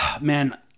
man